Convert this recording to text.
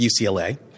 UCLA